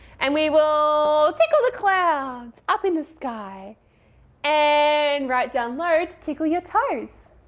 and we will tickle the clouds up in the sky and right down low to tickle your toes.